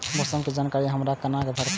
मौसम के जानकारी हमरा केना भेटैत?